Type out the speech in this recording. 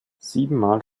siebenmal